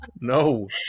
no